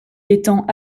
étant